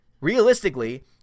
realistically